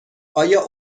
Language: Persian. آیا